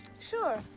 sure,